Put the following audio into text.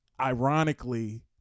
ironically